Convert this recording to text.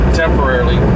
temporarily